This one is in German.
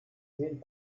wem